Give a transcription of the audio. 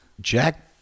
Jack